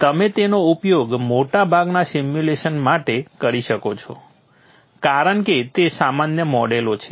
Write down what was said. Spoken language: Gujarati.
તમે તેનો ઉપયોગ મોટાભાગના સિમ્યુલેશન માટે કરી શકો છો કારણ કે તે સામાન્ય મોડેલો છે